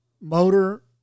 motor